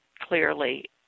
Clearly